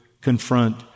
confront